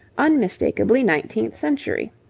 unmistakably nineteenth century,